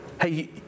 Hey